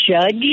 judge